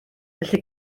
felly